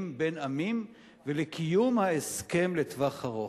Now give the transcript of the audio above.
בין עמים ולקיום ההסכם לטווח ארוך.